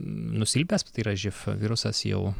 nusilpęs tai yra živ virusas jau